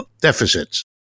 deficits